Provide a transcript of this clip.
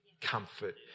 comfort